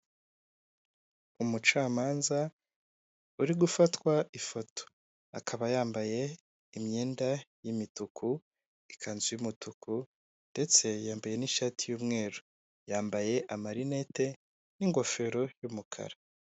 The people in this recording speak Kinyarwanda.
Umucamanza uri gufatwa ifoto akaba yambaye imyenda y'imituku, ikanzu y'umutuku ndetse yambaye n'ishati y'umweru, yambaye amarinete n'ingofero y'umukara.